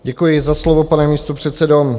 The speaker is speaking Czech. Děkuji za slovo, pane místopředsedo.